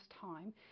time